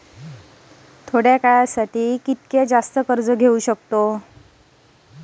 अल्प मुदतीसाठी किती जास्त कर्ज घेऊ शकतो?